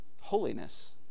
Holiness